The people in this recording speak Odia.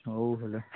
ହଉ ହେଲା